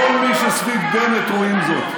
כל מי שסביב בנט רואה זאת.